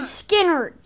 skinner